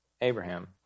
Abraham